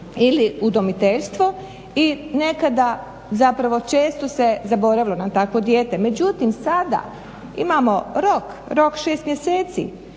ili udomiteljstvo i nekada zapravo često se zaboravilo na takvo dijete. Međutim sada imamo rok, rok 6 mjeseci,